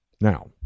Now